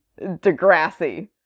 Degrassi